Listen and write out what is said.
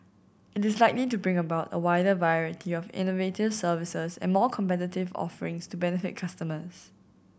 it is likely to bring about a wider variety of innovative services and more competitive offerings to benefit customers